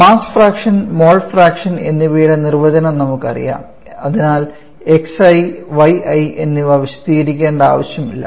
mass fraction mole fraction എന്നിവയുടെ നിർവചനം നമുക്കറിയാം അതിനാൽ xi yi എന്നിവ വിശദീകരിക്കേണ്ട ആവശ്യമില്ല